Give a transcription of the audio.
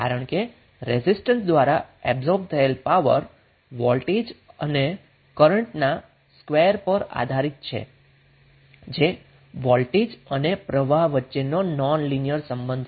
કારણ કે રેઝિસ્ટન્સ દ્વારા એબ્સોર્બ થયેલો પાવર વોલ્ટેજ અને કરન્ટના સ્ક્વેર પર આધારીત છે જે વોલ્ટેજ અને પ્રવાહ વચ્ચેનો નોનલિનિયર સંબંધ છે